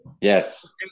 yes